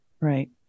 right